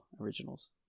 originals